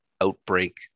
outbreak